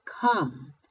Come